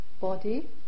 body